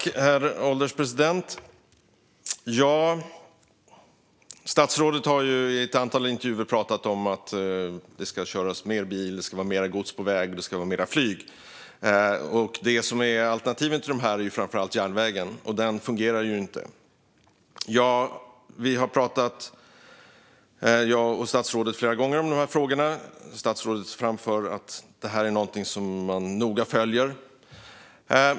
Herr ålderspresident! Statsrådet har i ett antal intervjuer pratat om att det ska köras mer bil, det ska vara mer gods på väg och det ska vara mer flyg. Alternativet till dem är framför allt järnvägen, och den fungerar ju inte. Jag och statsrådet har flera gånger pratat om dessa frågor, och statsrådet framför att detta är någonting som man noga följer.